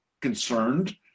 concerned